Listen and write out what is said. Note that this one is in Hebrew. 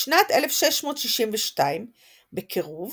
בשנת 1662 בקירוב